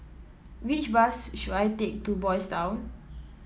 which bus should I take to Boys' Town